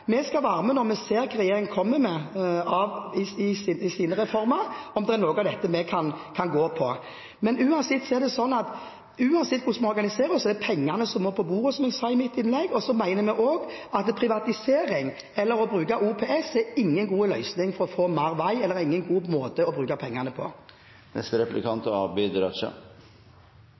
Når vi ser hva regjeringen kommer med i sine reformer, skal vi se om det er noe av det vi kan være med på. Men uansett hvordan vi organiserer oss, må pengene på bordet. Vi mener også at privatisering eller å bruke OPS ikke er noen god løsning for å få mer vei. Det er ingen god måte å bruke pengene på. Arbeiderpartiets budsjett bærer stort preg av at man har folkehelse som en bærebjelke. I vår sektor er